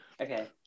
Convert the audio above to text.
Okay